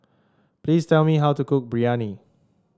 please tell me how to cook Biryani